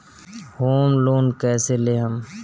Home loan कैसे लेहम?